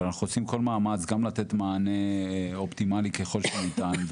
אנחנו עושים כל מאמץ לתת מענה אופטימלי ככל שניתן,